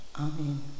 Amen